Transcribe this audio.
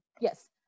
yes